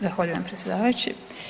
Zahvaljujem predsjedavajući.